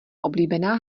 oblíbená